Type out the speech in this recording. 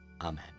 Amen